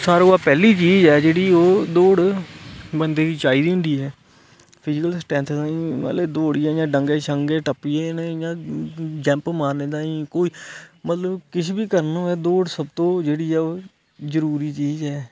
सारे कोला पैहली चीज ऐ जोहड़ी ओह् दौड़ बंदे गी चाहिदी होंदी ऐ फिजीकल स्ट्रैंथ ताई मतलब दौड़ इयां ढंगे शंगे टप्पी ऐ इयां जंप मारने पौंदा इयां मतलब किश बी करन होऐ दौड़ सब तू जेहड़ी ऐ ओह् जरुरी चीज ऐ